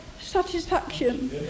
satisfaction